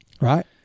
right